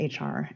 HR